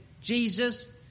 Jesus